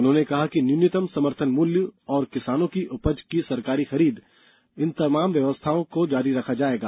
उन्होंने कहा कि न्यूनतम समर्थन मूल्य और किसानों की उपज की सरकारी खरीद जैसी व्यवस्थाओं को जारी रखा जाएगा